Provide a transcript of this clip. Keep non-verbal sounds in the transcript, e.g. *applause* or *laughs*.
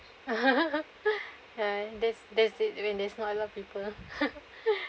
*laughs* ya that's that's it when there's not a lot of people ah *laughs*